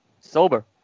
Sober